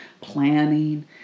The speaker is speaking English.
planning